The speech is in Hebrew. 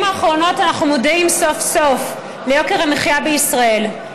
בשנים האחרונות אנחנו מודעים סוף-סוף ליוקר המחיה בישראל,